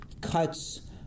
cuts